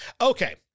Okay